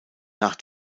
nach